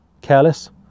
careless